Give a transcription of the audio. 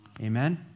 Amen